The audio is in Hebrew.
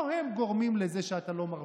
לא הם גורמים לזה שאתה לא מרוויח.